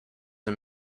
and